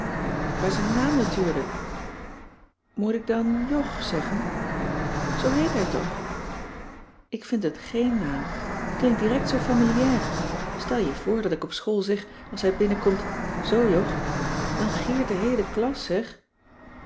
bij zijn naam natuurlijk moet ik dan jog zeggen zoo heet hij toch ik vind het gèen naam t klinkt direct zoo familiair stel je voor dat ik op school zeg als hij binnenkomt zoo jog dan giert de heele klas zeg